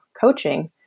coaching